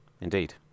Indeed